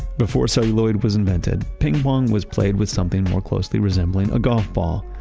before celluloid was invented, ping pong was played with something more closely resembling a golf ball,